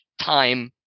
time